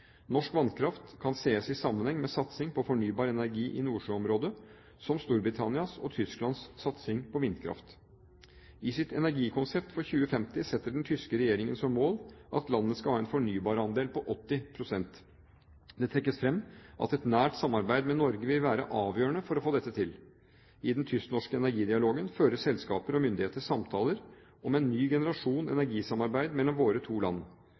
Norsk vannkraft kan ses i sammenheng med satsing på fornybar energi i nordsjøområdet, som Storbritannias og Tysklands satsing på vindkraft. I sitt energikonsept for 2050 setter den tyske regjeringen som mål at landet skal ha en fornybarandel på 80 pst. Det trekkes fram at et nært samarbeid med Norge vil være avgjørende for å få dette til. I den tysk-norske energidialogen fører selskaper og myndigheter samtaler om en ny generasjon energisamarbeid mellom våre to land.